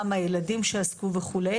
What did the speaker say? גם הילדים שעסקו וכו'.